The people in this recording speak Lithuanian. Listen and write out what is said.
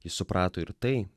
jis suprato ir tai